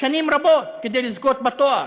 שנים רבות כדי לזכות בתואר,